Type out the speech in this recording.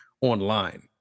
online